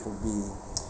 could be